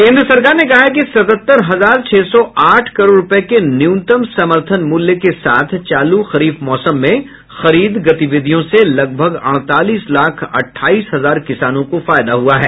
केंद्र सरकार ने कहा है कि सतहत्तर हजार छह सौ आठ करोड़ रुपये के न्यूनतम समर्थन मूल्य के साथ चालू खरीफ मौसम में खरीद गतिविधियों से लगभग अड़तालीस लाख अट़ठाईस हजार किसानों को फायदा हुआ है